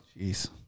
Jeez